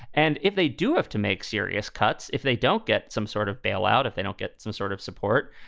and if they do have to make serious cuts, if they don't get some sort of bail out, if they don't get some sort of support,